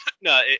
no